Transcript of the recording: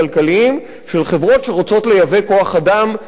של חברות שרוצות לייבא כוח-אדם זר,